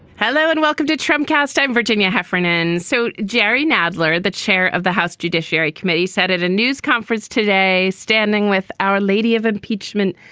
hello and welcome to tramcars time, virginia heffernan. so jerry nadler, the chair of the house judiciary committee, said at a news conference today, standing with our lady of impeachment,